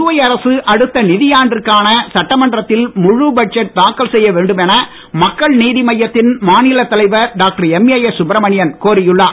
புதுவை அரசு அடுத்த நிதியாண்டிற்கு சட்டமன்றத்தில் முழு பட்ஜெட் தாக்கல் செய்ய வேண்டும் என மக்கள் நீதி மய்யத்தின் மாநிலத் தலைவர் டாக்டர் எம்ஏஎஸ் சுப்ரமணியன் கோரியுள்ளார்